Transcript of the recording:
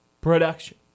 production